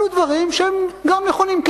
אלו דברים שהם גם נכונים.